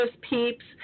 peeps